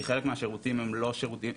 כי חלק מהשירותים הם לא טפסים,